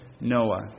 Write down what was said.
Noah